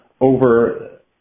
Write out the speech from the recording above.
over